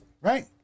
Right